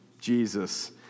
Jesus